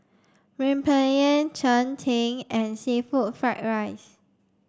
Rempeyek Cheng Tng and seafood fried rice